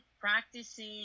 practicing